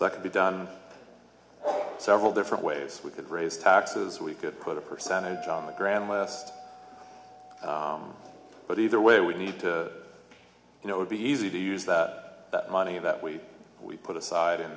it can be done several different ways we could raise taxes we could put a percentage on the ground west but either way we need to you know would be easy to use that that money that we we put aside in